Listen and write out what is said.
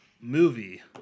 movie